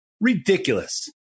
Ridiculous